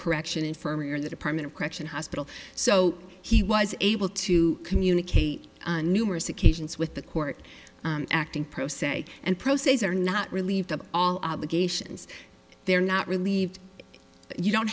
correction infirmary or the department of correction hospital so he was able to communicate numerous occasions with the court acting pro se and proceeds are not relieved of all obligations they're not relieved you don't